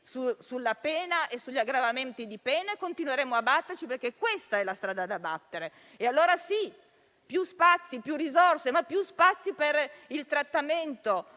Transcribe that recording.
sulla pena e sugli aggravamenti di pena e continueremo a batterci perché questa è la strada da battere. Allora, diciamo sì a più risorse, più spazi per il trattamento,